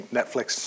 Netflix